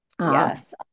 Yes